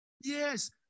Yes